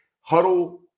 huddle